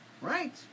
Right